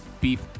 Beef